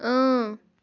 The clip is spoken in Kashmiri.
اۭں